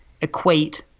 equate